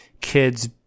kids